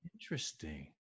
Interesting